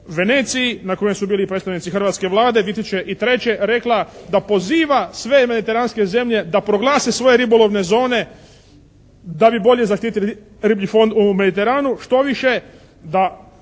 Veneciji na kojoj su bili predstavnici hrvatske Vlade 2003. rekla da poziva sve mediteranske zemlje da proglase svoje ribolovne zone da bi bolje zaštitili riblji fond u Mediteranu. Štoviše, da